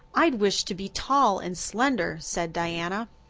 i'd wish to be tall and slender, said diana.